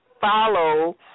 follow